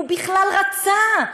הוא בכלל רצה,